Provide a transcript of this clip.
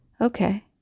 Okay